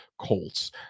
Colts